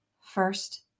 First